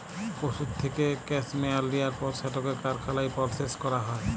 পশুর থ্যাইকে ক্যাসমেয়ার লিয়ার পর সেটকে কারখালায় পরসেস ক্যরা হ্যয়